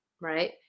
Right